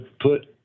put